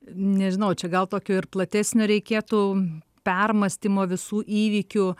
nežinau čia gal tokio ir platesnio reikėtų permąstymo visų įvykių